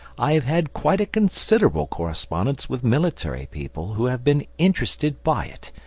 i have had quite a considerable correspondence with military people who have been interested by it,